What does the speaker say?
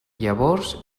llavors